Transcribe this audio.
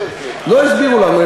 לא הסבירו לנו.